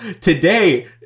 today